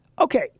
Okay